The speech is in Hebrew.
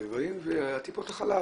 וטיפות החלב